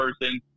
person